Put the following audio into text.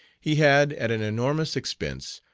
he had, at an enormous expense,